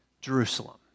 Jerusalem